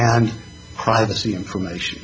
and privacy information